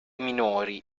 minori